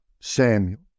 Samuel